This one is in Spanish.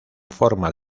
forma